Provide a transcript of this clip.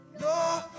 no